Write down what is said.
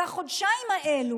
ובחודשיים האלה,